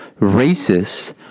racists